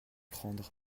prendre